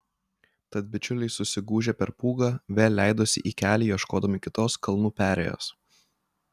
tad bičiuliai susigūžę per pūgą vėl leidosi į kelią ieškodami kitos kalnų perėjos